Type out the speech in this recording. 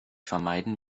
vermeiden